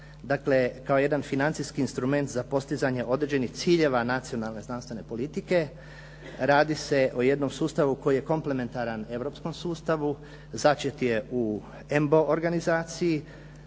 dakle, kao jedan financijski instrument za postizanje određenih ciljeva nacionalne znanstvene politike. Radi se o jednom sustavu koji je komplimentaran europskom sustavu, začet je u EMBO organizaciji